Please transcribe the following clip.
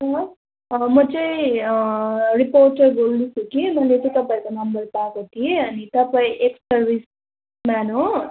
sir म चाहिँ reporter बोल्दैछु कि मैले चाहिँ तपाईँको नम्बर पाएको थिएँ अनि तपाईँ एक्स सर्भिसम्यान हो